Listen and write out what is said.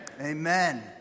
Amen